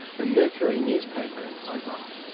the mercury newspaper in hobart.